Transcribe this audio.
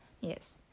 Yes